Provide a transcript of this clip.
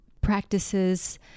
practices